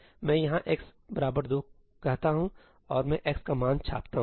मैं यहां ' x 2 'कहता हूं और मैं x का मान छापता हूं